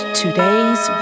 today's